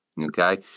Okay